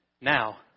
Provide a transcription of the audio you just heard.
Now